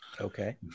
Okay